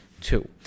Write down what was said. two